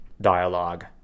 dialogue